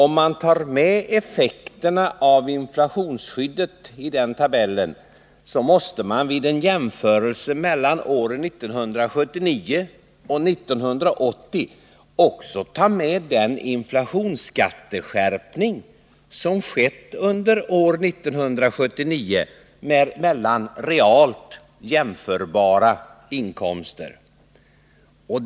Om man tar med effekterna av inflationsskyddet i den tablån, måste man vid en jämförelse mellan 1979 och 1980 också ta med den inflationsskatteskärpning som skett under 1979 mellan realt jämförbara inkomster.